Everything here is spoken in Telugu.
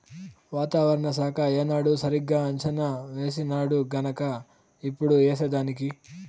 వాతావరణ శాఖ ఏనాడు సరిగా అంచనా వేసినాడుగన్క ఇప్పుడు ఏసేదానికి